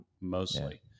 mostly